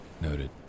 Noted